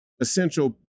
essential